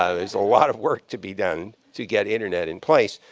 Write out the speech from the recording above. ah there's a lot of work to be done to get internet in place.